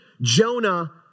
Jonah